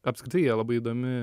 apskritai jie labai įdomi